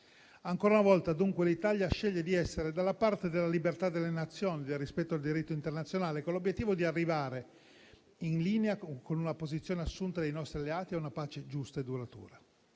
Ancora una volta, dunque, l'Italia sceglie di essere dalla parte della libertà delle Nazioni e del rispetto del diritto internazionale, con l'obiettivo di arrivare, in linea con la posizione assunta dai nostri alleati, a una pace giusta e duratura.